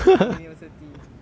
in university